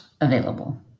available